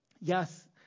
Yes